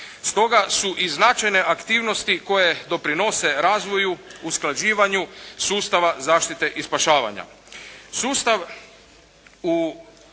Stoga su i značajne aktivnosti koje doprinose razvoju, usklađivanju sustava zaštite i spašavanja.